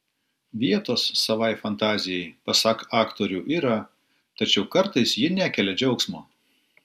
vietos savai fantazijai pasak aktorių yra tačiau kartais ji nekelia džiaugsmo